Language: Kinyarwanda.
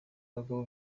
abagabo